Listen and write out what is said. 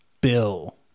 Bill